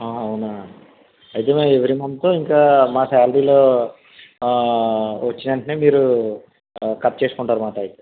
అవునా అయితే మీరు ఎవ్రీ మంత్ ఇంకా మా శాలరీలో వచ్చిన వెంటనే మీరు కట్ చేసుకుంటారు మాట అయితే